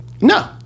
No